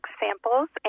samples